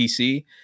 PC